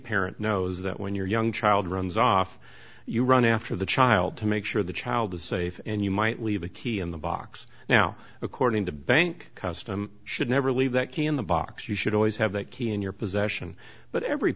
parent knows that when your young child runs off you run after the child to make sure the child is safe and you might leave a key in the box now according to bank custom should never leave that key in the box you should always have that key in your possession but every